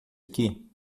aqui